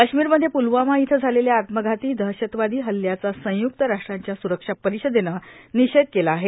काश्मीरमध्ये प्लवामा इथं झालेल्या आत्मघाती दहशतवादी हल्ल्याचा संय्क्त राष्ट्रांच्या स्रक्षा परिषदेनं निषेध केला आहे